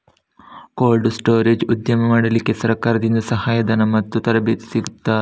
Cold storage ಉದ್ಯಮ ಮಾಡಲಿಕ್ಕೆ ಸರಕಾರದಿಂದ ಸಹಾಯ ಧನ ಮತ್ತು ತರಬೇತಿ ಸಿಗುತ್ತದಾ?